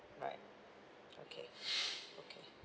right okay okay